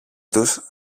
τους